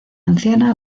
anciana